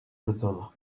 ბრძოლა